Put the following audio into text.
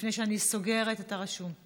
לפני שאני סוגרת את הרשימה,